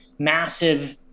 Massive